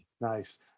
Nice